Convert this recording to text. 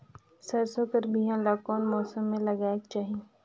सरसो कर बिहान ला कोन मौसम मे लगायेक चाही?